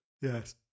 Yes